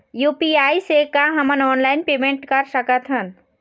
UPI से का हमन ऑनलाइन पेमेंट कर सकत हन?